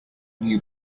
new